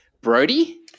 brody